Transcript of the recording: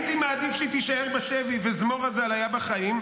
אז: "הייתי מעדיף שהיא תישאר בשבי וזמורה ז"ל היה בחיים.